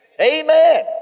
Amen